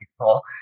people